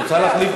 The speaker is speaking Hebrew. את רוצה להחליף,